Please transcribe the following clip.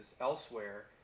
elsewhere